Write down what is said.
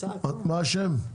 מה השם?